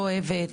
לא אוהבת,